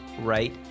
right